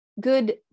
good